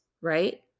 right